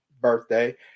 birthday